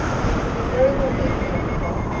i should have been very lonely if you hadn't come.